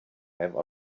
have